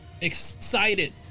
excited